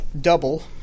double